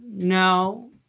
No